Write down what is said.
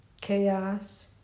chaos